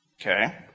okay